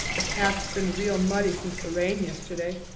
the path's been real muddy since the rain yesterday.